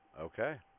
Okay